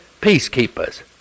peacekeepers